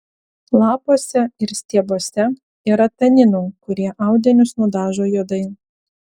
lapuose ir stiebuose yra taninų kurie audinius nudažo juodai